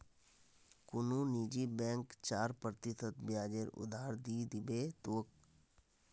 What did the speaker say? कुनु निजी बैंक चार प्रतिशत ब्याजेर उधार नि दीबे तोक